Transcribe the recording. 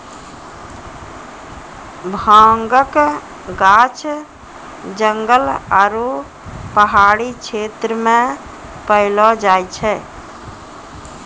भांगक गाछ जंगल आरू पहाड़ी क्षेत्र मे पैलो जाय छै